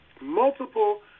multiple